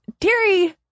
Terry